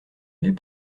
les